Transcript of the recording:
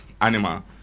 animal